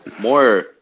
more